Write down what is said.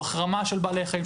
הוא החרמה של בעלי חיים,